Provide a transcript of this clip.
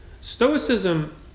Stoicism